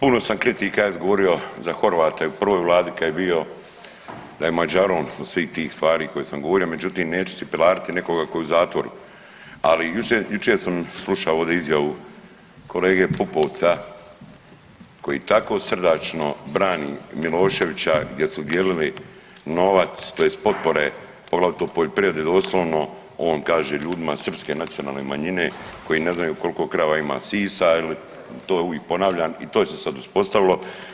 Puno sam kritika ja izgovorio za Horvata i u prvoj vladi kad je bio da je mađaron od svih tih stvari koje sam govorio međutim neću cipelariti nekoga tko je u zatvoru, ali jučer, jučer sam slušao ovdje izjavu kolege Pupovca koji tako srdačno brani Miloševića gdje su dijelili novac tj. potpore poglavito u poljoprivredi doslovno, on kaže ljudima srpske nacionalne manjine koji ne znaju koliko krava ima sisa je li, to uvijek ponavljam i to se sad uspostavilo.